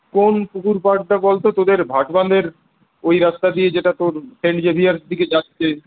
কোন পুকুর পাড়টা বলতো তোদের ভাটবাঁধের ওই রাস্তা দিয়ে যেটা তোর সেন্ট জেভিয়ার্সের দিকে যাচ্ছে